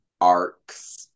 arcs